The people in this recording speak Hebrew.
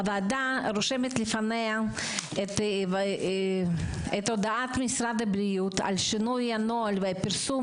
הוועדה רושמת בפניה את הודעת משרד הבריאות על שינוי הנוהל ועל פרסום